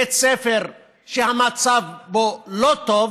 בית ספר שהמצב בו לא טוב,